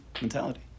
mentality